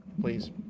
please